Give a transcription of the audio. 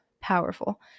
powerful